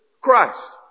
Christ